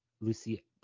Lucy